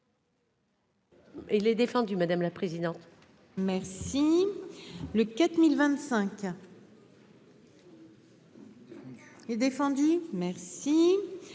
Il est défendu madame la présidente. Merci le 4025. Il est défendu. Merci.